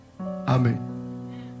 Amen